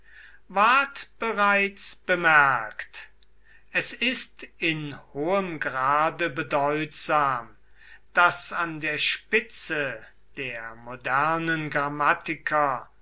ward bereits bemerkt es ist in hohem grade bedeutsam daß an der spitze der modernen